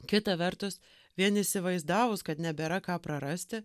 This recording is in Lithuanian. kita vertus vien įsivaizdavus kad nebėra ką prarasti